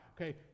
Okay